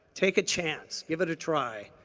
take a chance. give it a try.